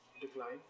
decline